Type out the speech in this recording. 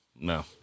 No